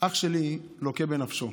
אח שלי לוקה בנפשו